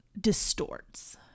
distorts